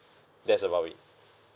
that's about it